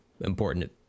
important